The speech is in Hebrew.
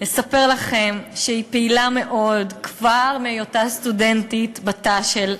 אספר לכם שהיא פעילה מאוד כבר מהיותה סטודנטית בתא של חד"ש,